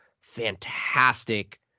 fantastic